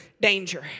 danger